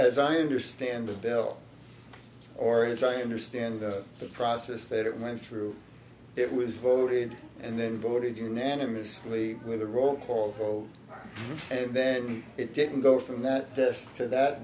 as i understand the bill or as i understand the process that it went through it was voted and then voted unanimously with a roll call vote and then it didn't go from that this to that